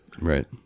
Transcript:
Right